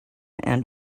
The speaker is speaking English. and